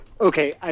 Okay